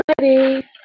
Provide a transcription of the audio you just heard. ready